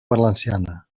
valenciana